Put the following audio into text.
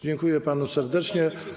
Dziękuję panu serdecznie.